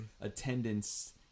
attendance